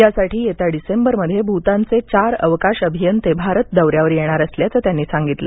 यासाठी येत्या डिसेंबरमध्ये भूतानचे चार अवकाश अभियन्ते भारत दौर्यावर येणार असल्याचं त्यांनी सांगितलं